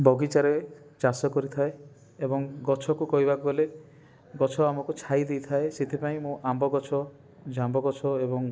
ବଗିଚାରେ ଚାଷ କରିଥାଏ ଏବଂ ଗଛକୁ କହିବାକୁ ଗଲେ ଗଛ ଆମକୁ ଛାଇ ଦେଇଥାଏ ସେଥିପାଇଁ ମୁଁ ଆମ୍ବଗଛ ଜାମ୍ବଗଛ ଏବଂ